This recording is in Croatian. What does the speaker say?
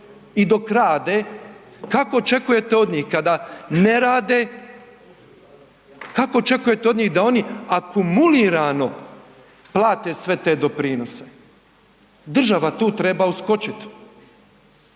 i dok rade, kako očekujete od njih kada ne rade, kako očekujete od njih da oni akumulirano plate sve te doprinose? Država tu treba uskočit.